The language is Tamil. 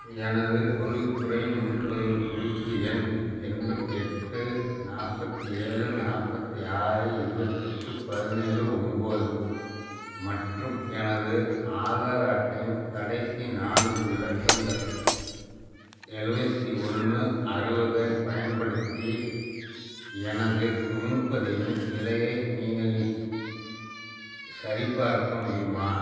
எனது தொழில்துறை முன்பதிவு குறிப்பு எண் எண்பத்தி எட்டு நாற்பத்தி ஏழு நாற்பத்தி ஆறு இருபத்தெட்டு பதினேழு ஒன்போது மற்றும் எனது ஆதார் அட்டையின் கடைசி நான்கு இலக்கங்கள் எழுவத்தி ஒன்று அறுபதைப் பயன்படுத்தி எனது முன்பதிவின் நிலையை நீங்கள் நீ சரிபார்க்க முடியுமா